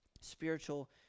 Spiritual